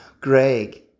Greg